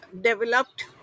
developed